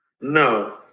No